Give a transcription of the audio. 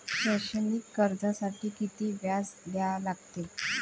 शैक्षणिक कर्जासाठी किती व्याज द्या लागते?